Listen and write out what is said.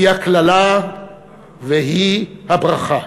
היא הקללה והיא הברכה.